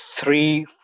Three